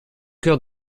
cœur